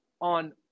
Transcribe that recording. on